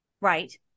right